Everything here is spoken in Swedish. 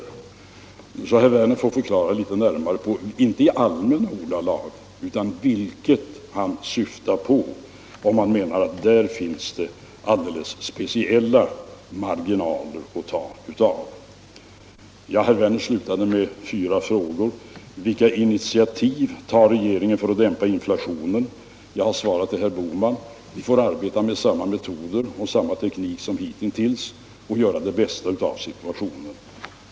Så herr Werner i Tyresö får förklara litet närmare — inte i allmänna ordalag — vad han syftar på och om han menar att det på ett visst område finns alldeles speciella marginaler att ta av. Herr Werner slutade med fyra frågor. Vilka initiativ tar regeringen för att dämpa inflationen? undrade han. Jag har redan svarat herr Bohman att vi får arbeta med samma metoder och samma teknik som hitintills och göra det bästa av situationen.